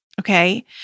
Okay